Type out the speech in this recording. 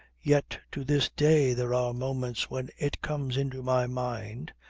yet to this day there are moments when it comes into my mind,